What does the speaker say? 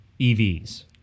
EVs